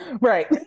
right